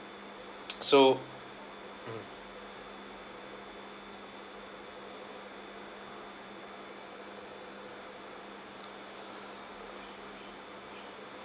so mm